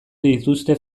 dituzte